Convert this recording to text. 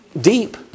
deep